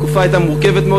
התקופה הייתה מורכבת מאוד,